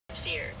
Fear